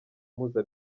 mpuza